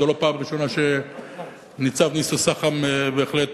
זו לא הפעם הראשונה שניצב ניסו שחם בהחלט